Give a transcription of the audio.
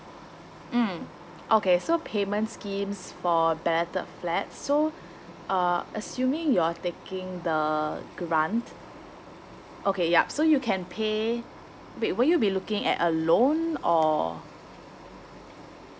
mm okay so payment schemes for balloted flats so uh assuming you're taking the grant okay yup so you can pay wait will you be looking at a loan or